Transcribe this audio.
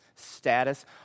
status